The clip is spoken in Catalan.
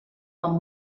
amb